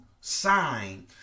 sign